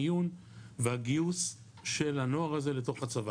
המיון והגיוס של הנוער הזה לתוך הצבא,